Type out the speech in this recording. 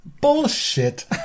Bullshit